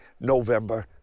November